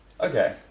Okay